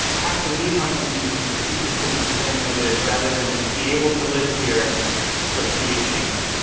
have to leave huntington beach, but keep the city the same way it is, rather than be able to live here but see it change?